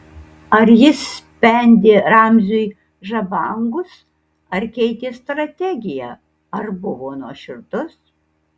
ar jis spendė ramziui žabangus ar keitė strategiją ar buvo nuoširdus